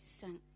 sunk